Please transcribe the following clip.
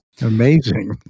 Amazing